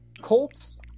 Colts